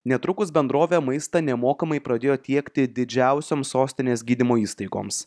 netrukus bendrovė maistą nemokamai pradėjo tiekti didžiausioms sostinės gydymo įstaigoms